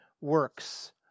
works